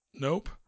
Nope